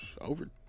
Over